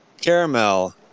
Caramel